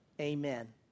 Amen